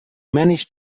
managed